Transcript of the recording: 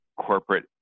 corporate